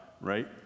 right